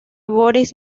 boris